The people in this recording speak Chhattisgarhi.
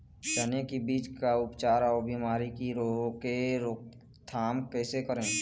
चने की बीज का उपचार अउ बीमारी की रोके रोकथाम कैसे करें?